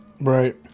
Right